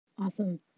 Awesome